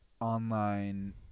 online